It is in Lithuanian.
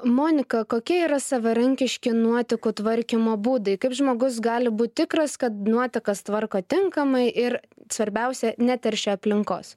monika kokie yra savarankiški nuotekų tvarkymo būdai kaip žmogus gali būt tikras kad nuotekas tvarko tinkamai ir svarbiausia neteršia aplinkos